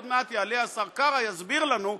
עוד מעט יעלה השר קרא ויסביר לנו,